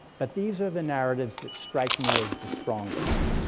but these are the narratives that strike me as the strongest.